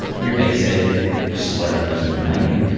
your basic slurs and, like